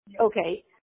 Okay